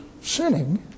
sinning